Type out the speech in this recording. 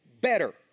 better